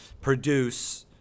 produce